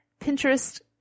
Pinterest